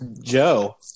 Joe